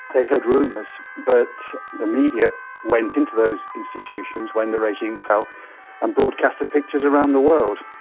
they'd heard rumours, but the media went into those institutions when the regime fell and broadcast the pictures around the world.